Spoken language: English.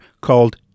called